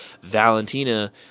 Valentina